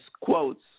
quotes